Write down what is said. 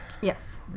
Yes